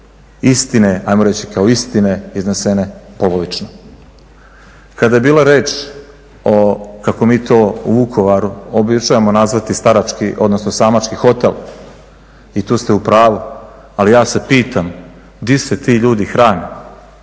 istine, ajmo reći kao istine iznesene polovično. Kada je bila riječ o, kako mi to u Vukovaru običavamo nazvati samački hotel i tu ste u pravu, ali ja se pitam di se ti ljudi hrane.